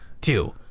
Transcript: two